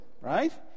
right